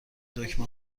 دکمه